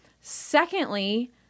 Secondly